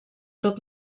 tot